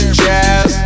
jazz